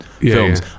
films